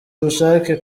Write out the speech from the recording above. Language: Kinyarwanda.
ubushake